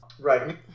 Right